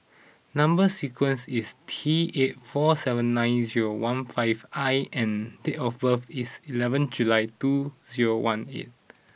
number sequence is T eight four seven nine zero one five I and date of birth is eleven July two zero one eight